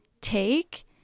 take